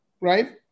right